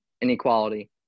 inequality